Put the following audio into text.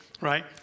right